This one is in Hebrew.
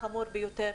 החמור ביותר,